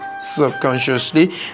subconsciously